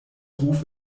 ruf